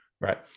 right